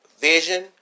vision